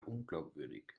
unglaubwürdig